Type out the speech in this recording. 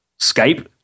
Skype